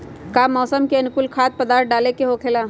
का मौसम के अनुकूल खाद्य पदार्थ डाले के होखेला?